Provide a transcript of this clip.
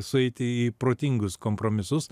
sueiti į protingus kompromisus